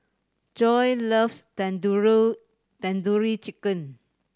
Joi loves Tandoori Chicken